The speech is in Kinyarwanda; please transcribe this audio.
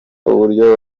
uburyo